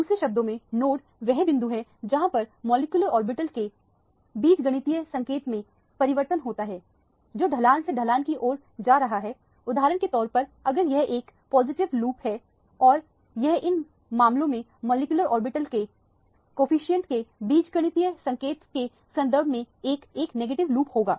दूसरे शब्दों में नोड वह बिंदु है जहां पर मॉलिक्यूलर ऑर्बिटल के बीजगणितीय संकेत में परिवर्तन होता है जो ढलान से ढलान की ओर जा रहा है उदाहरण के तौर पर अगर यह एक पॉजिटिव लूप है और यह इन मामलों में मॉलिक्यूलर ऑर्बिटल के कोफिशिएंट के बीजगणितीय संकेत के संदर्भ में एक नेगेटिव लूप होगा